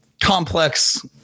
complex